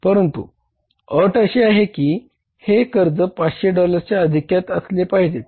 परंतु अट अशी आहे आहे कि हे कर्ज 500 डॉलर्सच्या अधिक्यात असले पाहिजे